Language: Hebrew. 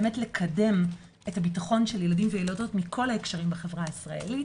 באמת לקדם את הביטחון של הילדים והילדות מכל ההקשרים בחברה הישראלית.